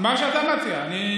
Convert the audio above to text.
ועדת הקורונה.